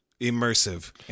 immersive